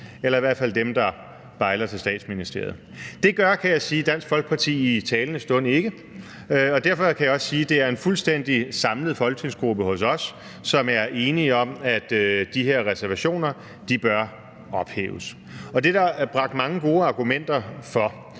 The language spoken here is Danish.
eller i hvert fald dem, der bejler til Statsministeriet. Det gør – kan jeg sige – Dansk Folkeparti i talende stund ikke, og derfor kan jeg også sige, at det er en fuldstændig samlet folketingsgruppe hos os, som er enige om, at de her reservationer bør ophæves, og det er der bragt mange gode argumenter for.